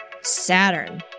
Saturn